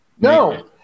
No